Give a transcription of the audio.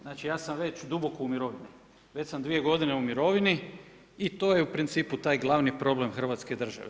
Znači ja sam već duboko u mirovini, već sam 2 godine u mirovini i to je u principu taj glavni problem Hrvatske države.